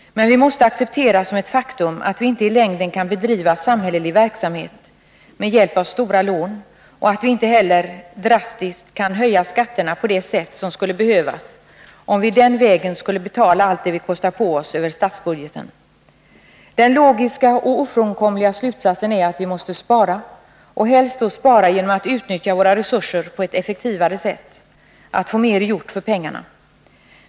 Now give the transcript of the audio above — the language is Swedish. Men vi måste acceptera som ett faktum att vi inte i längden kan bedriva samhällelig verksamhet med hjälp av stora lån och att vi inte heller drastiskt kan höja skatterna på det sätt som skulle behövas, om vi den vägen skulle betala allt det vi kostar på oss över statsbudgeten. Den logiska och ofrånkomliga slutsatsen är att vi måste spara, och helst då spara genom att utnyttja våra resurser på ett effektivare sätt — få mera gjort för pengarna.